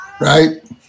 right